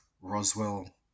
Roswell